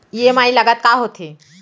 EMI लागत का होथे?